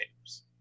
games